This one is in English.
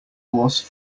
horse